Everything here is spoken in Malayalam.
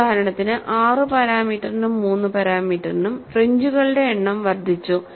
ഉദാഹരണത്തിന് 6 പാരാമീറ്ററിനും 3 പാരാമീറ്ററിനും ഫ്രിഞ്ചുകളുടെ എണ്ണം വർദ്ധിച്ചു